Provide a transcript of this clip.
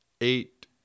eight